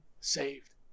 saved